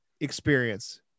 experience